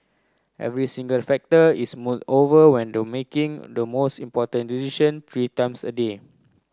every single factor is mulled over when to making the most important decision three times a day